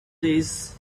days